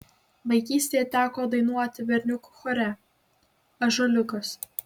vaikystėje teko dainuoti berniukų chore ąžuoliukas